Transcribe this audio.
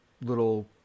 little